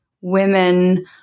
women